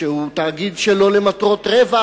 שהוא תאגיד שלא למטרות רווח,